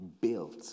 built